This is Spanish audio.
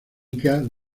society